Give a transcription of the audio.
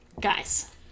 Guys